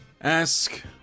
Ask